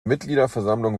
mitgliederversammlung